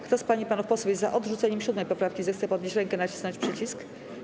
Kto z pań i panów posłów jest za odrzuceniem 7. poprawki, zechce podnieść rękę i nacisnąć przycisk.